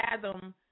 fathom